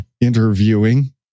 interviewing